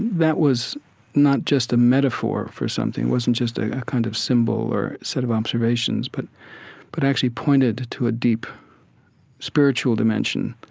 that was not just a metaphor for something. it wasn't just ah a kind of symbol or set of observations but but actually pointed to a deep spiritual dimension.